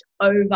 over